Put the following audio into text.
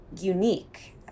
unique